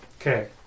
Okay